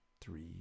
three